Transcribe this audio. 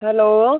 hello